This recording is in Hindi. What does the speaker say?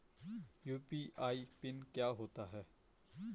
यु.पी.आई पिन क्या होता है?